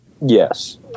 Yes